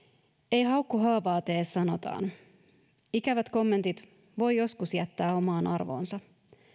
ei haukku haavaa tee sanotaan ikävät kommentit voi joskus jättää omaan arvoonsa